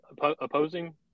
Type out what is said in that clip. opposing